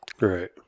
Right